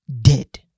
dead